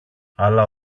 αλλά